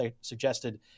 suggested